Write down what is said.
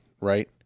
right